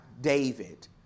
David